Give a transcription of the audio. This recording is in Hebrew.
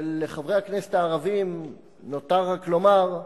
ולחברי הכנסת הערבים נותר רק לומר: